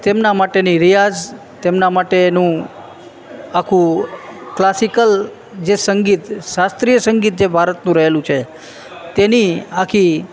તેમના માટેની રિયાઝ તેમના માટેનું આખું ક્લાસિકલ જે સંગીત શાસ્ત્રીય સંગીત જે ભારતનું રહેલું છે તેની આખી